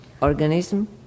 organism